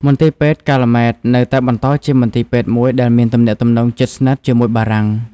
មន្ទីរពេទ្យកាល់ម៉ែត នៅតែបន្តជាមន្ទីរពេទ្យមួយដែលមានទំនាក់ទំនងជិតស្និទ្ធជាមួយបារាំង។